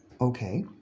Okay